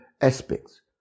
aspects